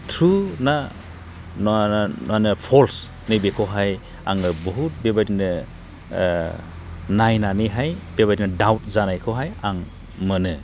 true ना माहोनो false नै बेखौहाय आङो बहुद बेबादिनो नायनानैहाय बेबादिनो डाउट जानायखौहाय आं मोनो